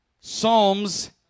psalms